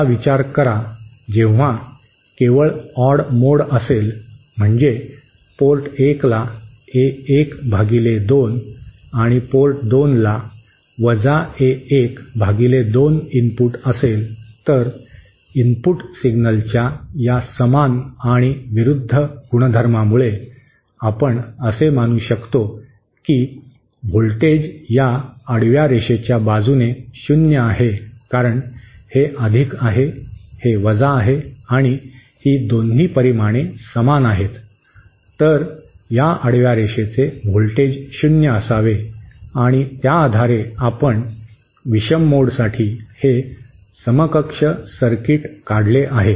आता विचार करा जेव्हा केवळ ऑड मोड असेल म्हणजे पोर्ट 1 ला ए 1 भागिले 2 आणि पोर्ट 2 ला वजा ए 1 भागिले 2 इनपुट असेल तर इनपुट सिग्नलच्या या समान आणि विरुद्ध गुणधर्मामुळे आपण असे मानू शकतो की व्होल्टेज या आडव्या रेषेच्या बाजूने शून्य आहे कारण हे आहे हे आहे आणि ही दोन्ही परिमाणे समान आहेत तर या आडव्या रेषेचे व्होल्टेज शून्य असावे आणि त्या आधारे आपण विषम मोडसाठी हे समकक्ष सर्किट काढले आहे